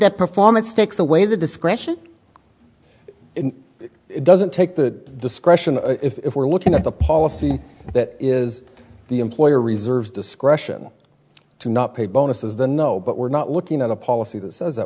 that performance takes away the discretion it doesn't take the discretion if we're looking at the policy that is the employer reserves discretion to not pay bonuses the no but we're not looking at a policy that says that